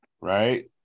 right